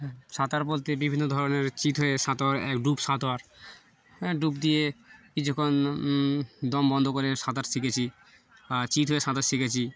হ্যাঁ সাঁতার বলতে বিভিন্ন ধরনের চিট হয়ে সাঁতার এক ডুব সাঁতার হ্যাঁ ডুব দিয়ে কিছুক্ষণ দম বন্ধ করে সাঁতার শিখেছি বা চিট হয়ে সাঁতার শিখেছি